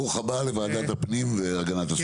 ברוך הבא לוועדת הפנים והגנת הסביבה.